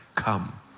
come